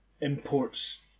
imports